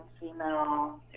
female